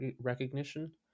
recognition